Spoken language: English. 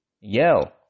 Yell